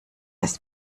ist